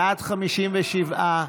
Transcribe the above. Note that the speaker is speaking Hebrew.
בעד, 57,